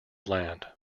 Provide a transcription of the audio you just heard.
land